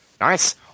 Nice